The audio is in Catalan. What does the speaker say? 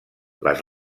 les